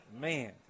Man